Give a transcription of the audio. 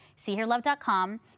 seeherlove.com